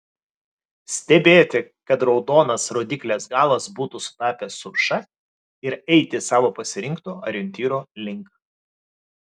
stebėti kad raudonas rodyklės galas būtų sutapęs su š ir eiti savo pasirinkto orientyro link